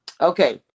okay